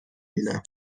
بینم